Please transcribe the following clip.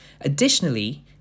Additionally